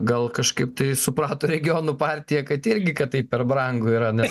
gal kažkaip tai suprato regionų partija kad irgi kad tai per brangu yra nes